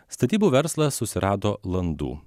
statybų verslas susirado landų